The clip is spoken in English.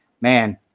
man